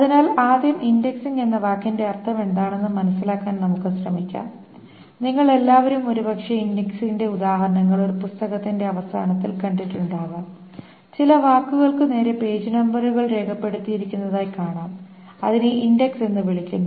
അതിനാൽ ആദ്യം ഇൻഡെക്സിംഗ് എന്ന വാക്കിന്റെ അർത്ഥമെന്താണെന്ന് മനസിലാക്കാൻ നമുക്ക് ശ്രമിക്കാം നിങ്ങൾ എല്ലാവരും ഒരുപക്ഷേ ഇൻഡെക്സിംഗിന്റെ ഉദാഹരണങ്ങൾ ഒരു പുസ്തകത്തിന്റെ അവസാനത്തിൽ കണ്ടിട്ടുണ്ടാകും ചില വാക്കുകൾക്കു നേരെ പേജ് നമ്പറുകൾ രേഖപ്പെടുത്തിയിരിക്കുന്നതായി കാണാം അതിനെ ഇൻഡക്സ് എന്ന് വിളിക്കുന്നു